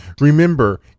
Remember